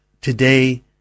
today